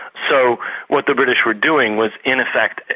so what the british were doing was in effect,